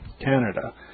Canada